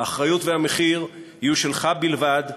האחריות והמחיר יהיו שלך בלבד,